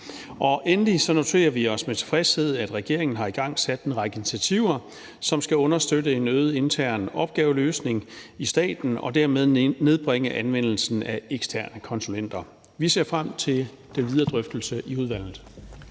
Endelig noterer vi os med tilfredshed, at regeringen har igangsat en række initiativer, som skal understøtte en øget intern opgaveløsning i staten og dermed nedbringe anvendelsen af eksterne konsulenter. Vi ser frem til den videre drøftelse i udvalget.